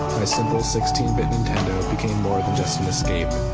my simple sixteen bit nintendo became more than just an escape.